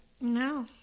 No